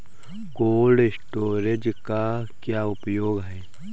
Cold storage का क्या उपयोग है?